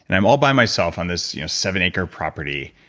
and i'm all by myself on this seven-acre property,